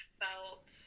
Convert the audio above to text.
felt